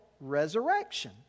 resurrection